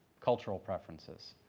cultural preferences,